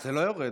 זה לא יורד.